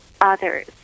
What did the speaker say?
others